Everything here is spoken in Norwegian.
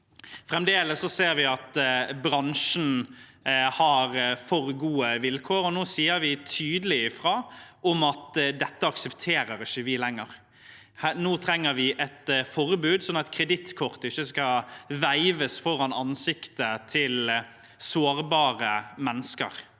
Fremdeles ser vi at bransjen har for gode vilkår, og nå sier vi tydelig fra om at vi ikke lenger aksepterer dette. Nå trenger vi et forbud, sånn at kredittkortet ikke skal veives foran ansiktet til sårbare mennesker.